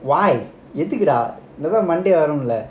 why எதுக்கு:ethukku dah மொத:motha monday வரும்ல:varumla